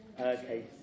okay